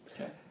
Okay